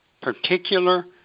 particular